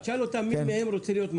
תשאל אותם מי מהם רוצה להיות מנהיג,